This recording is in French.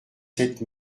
sept